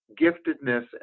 giftedness